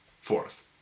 fourth